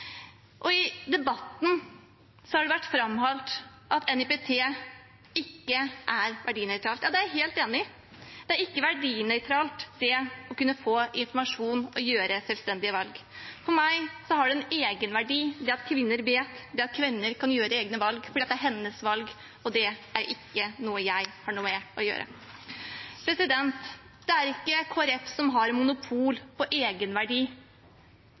I debatten har det vært framhevet at NIPT ikke er verdinøytralt – ja, det er jeg helt enig i. Det er ikke verdinøytralt å kunne få informasjon og ta selvstendige valg. For meg har det en egenverdi at kvinner vet, at kvinner kan ta egne valg, for det er hennes valg, og det er noe jeg ikke har noe med å gjøre. Det er ikke Kristelig Folkeparti som har monopol på